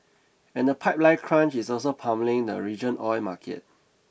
and the pipeline crunch is also pummelling the region oil market